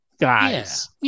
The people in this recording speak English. guys